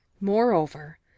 Moreover